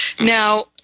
Now